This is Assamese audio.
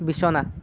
বিছনা